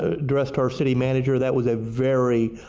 ah and rest our city manager that was ah very,